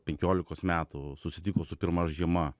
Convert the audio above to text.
penkiolikos metų susitiko su pirma žiema